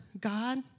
God